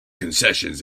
concessions